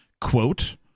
quote